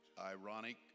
ironic